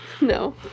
No